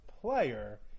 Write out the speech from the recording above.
player